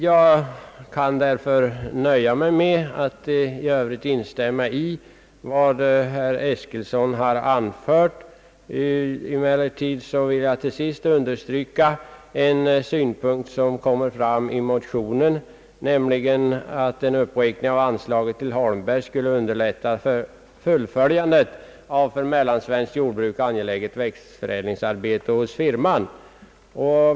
Jag kan därför nöja mig med att i Övrigt instämma i vad herr Eskilsson har anfört. Emellertid vill jag till sist understryka en synpunkt som kommer fram i motionen, nämligen att en uppräkning av anslaget till Algot Holmberg & Söner AB skulle underlätta fullföljandet av för mellansvenskt jordbruk angeläget växtförädlingsarbete hos firman.